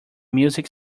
music